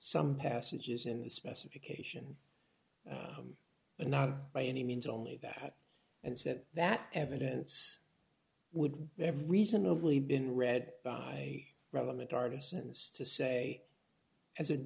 some passages in the specification and not by any means only that and said that evidence would have reasonably been read by relevant artisans to say as a